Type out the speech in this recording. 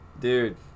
Dude